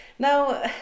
Now